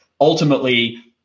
ultimately